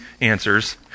answers